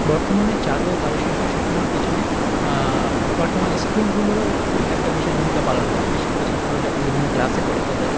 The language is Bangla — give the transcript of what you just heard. বর্তমানে চারু ও কারুশিল্প শেখানোর পিছনে বর্তমান স্কুলগুলো খু একটা বিশেষ ভূমিকা পালন করে বেশি করে ছাত্ররা যখন বিভিন্ন ক্লাসে পড়ে তাদের